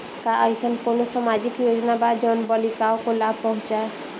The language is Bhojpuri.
का अइसन कोनो सामाजिक योजना बा जोन बालिकाओं को लाभ पहुँचाए?